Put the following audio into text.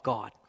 God